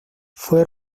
fue